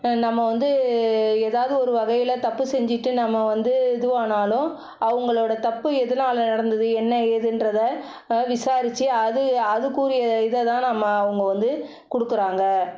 நம்ம வந்து ஏதாவது ஒரு வகையில் தப்பு செஞ்சிட்டு நம்ம வந்து இதுவானாலும் அவங்களோட தப்பு எதனால நடந்தது என்ன ஏதுன்றதை விசாரிச்சு அது அதுக்குரிய இதை தான் நம்ம அவங்க வந்து கொடுக்குறாங்க